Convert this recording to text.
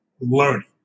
learning